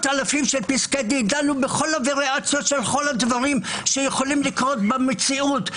אלפי פסקי דין דנו בכל הווריאציות של כל הדברים שיכולים לקרות במציאות.